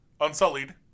Unsullied